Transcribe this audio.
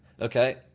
okay